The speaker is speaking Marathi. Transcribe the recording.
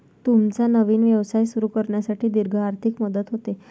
तुमचा नवीन व्यवसाय सुरू करण्यासाठी दीर्घ आर्थिक मदत होते